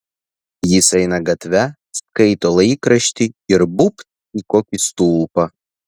jis eina gatve skaito laikraštį ir būbt į kokį stulpą